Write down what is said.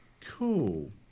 Cool